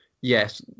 yes